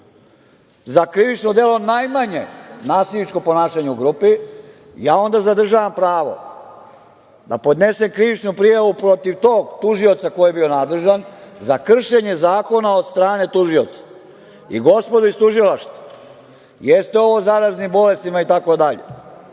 za krivično delo najmanje nasilničko ponašanje u grupi, ja onda zadržavam pravo da podnesem krivičnu prijavu protiv tog tužioca koji je bio nadležan za kršenje zakona od strane tužioca. Gospodo iz tužilaštva, jeste ovo o zaraznim bolestima itd, ali